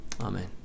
Amen